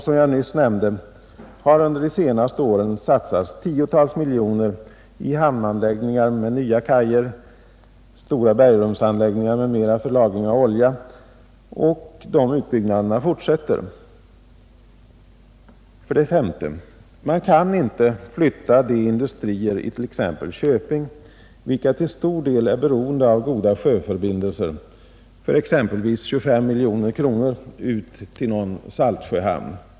Som jag nyss nämnde har under de senaste åren satsats tiotals miljoner i hamnanläggningar med nya kajer och stora bergrumsanläggningar för lagring av olja, och utbyggnaderna fortsätter. 5. Man kan inte för en kostnad av exempelvis 25 miljoner kronor flytta de industrier i t.ex. Köping, vilka till stor del är beroende av goda sjöförbindelser, ut till någon saltsjöhamn.